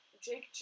Jake